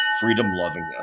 freedom-loving